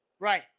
Right